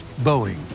Boeing